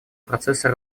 процесса